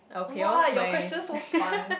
!wah! your question so fun